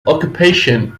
occupation